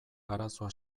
arazoa